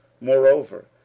Moreover